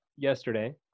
Yesterday